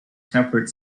temperate